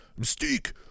Mystique